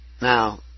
Now